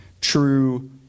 true